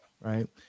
right